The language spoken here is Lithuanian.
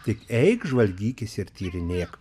tik eik žvalgykis ir tyrinėk